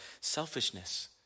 selfishness